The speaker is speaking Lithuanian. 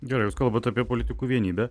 gerai jūs kalbat apie politikų vienybę